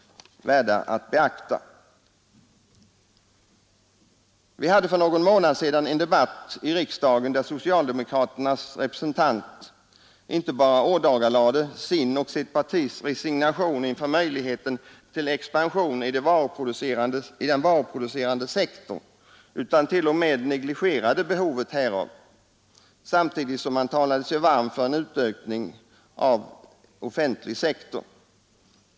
utveckling som redan den är större anledning att diskutera i tidens för Vi hade för någon månad sedan en debatt i riksdagen där socialdemokraternas representant inte bara ådagalade sin och sitt partis resignation inför möjligheten till expansion i den varuproducerande sektorn, utan t.o.m. negligerade behovet härav, samtidigt som han talade sig varm för en utökad offentlig sektor.